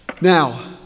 Now